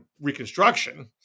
reconstruction